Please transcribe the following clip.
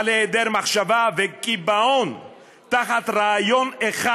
על היעדר מחשבה ועל קיבעון תחת רעיון אחד,